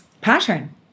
Pattern